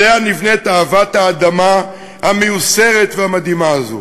שעליה נבנית אהבת האדמה המיוסרת והמדהימה הזאת.